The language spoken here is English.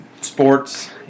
sports